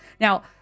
Now